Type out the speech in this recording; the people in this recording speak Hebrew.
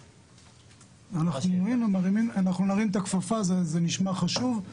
אנחנו נרים את הכפפה, זה נשמע חשוב.